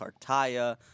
Cartaya